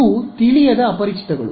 you ತಿಳಿಯದ ಅಪರಿಚಿತಗಳು